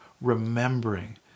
remembering